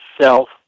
self